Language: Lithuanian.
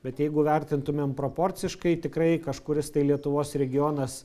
bet jeigu vertintumėm proporciškai tikrai kažkuris tai lietuvos regionas